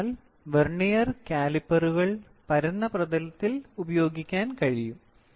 അതിനാൽ വെർനിയർ കാലിപ്പറുകൾ പരന്ന പ്രതലത്തിൽ ഉപയോഗിക്കാൻ കഴിയും